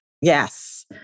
Yes